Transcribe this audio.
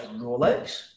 Rolex